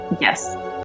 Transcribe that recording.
yes